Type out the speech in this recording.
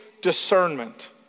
discernment